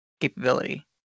capability